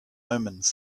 omens